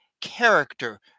character